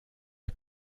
est